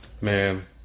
man